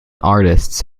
artists